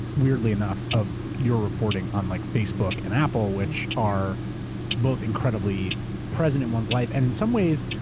weirdly enough, of your reporting on like facebook and apple, which are both incredibly present in one's life and in some ways,